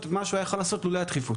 את מה שהוא יכול היה לעשות לולא הדחיפות.